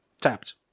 tapped